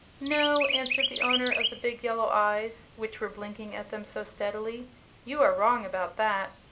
no, answered the owner of the big yellow eyes which were blinking at them so steadily you are wrong about that.